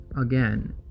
Again